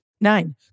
nine